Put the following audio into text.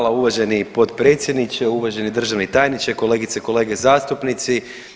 Hvala uvaženi potpredsjedniče, uvaženi državni tajniče, kolegice i kolege zastupnici.